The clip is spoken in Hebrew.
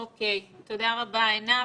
אוקיי, תודה רבה, עינב.